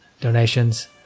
donations